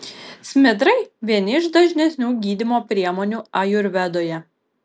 smidrai vieni iš dažnesnių gydymo priemonių ajurvedoje